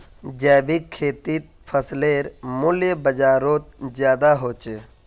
जैविक खेतीर फसलेर मूल्य बजारोत ज्यादा होचे